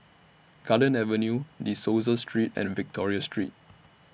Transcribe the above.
Garden Avenue De Souza Street and Victoria Street